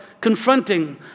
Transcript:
confronting